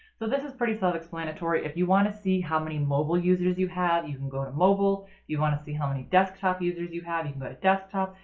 so this is pretty self-explanatory. if you want to see how many mobile users you have you can go to mobile, you want to see how many desktop users you have you but can